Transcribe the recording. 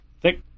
thick